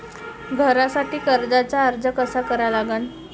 घरासाठी कर्जाचा अर्ज कसा करा लागन?